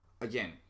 again